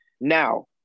Now